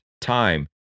time